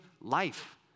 life